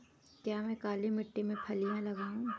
क्या मैं काली मिट्टी में फलियां लगाऊँ?